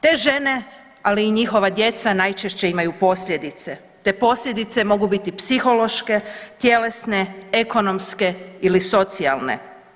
Te žene, ali i njihova djeca najčešće imaju posljedice, te posljedice mogu biti psihološke, tjelesne, ekonomske ili socijalne.